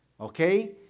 okay